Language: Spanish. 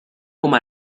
como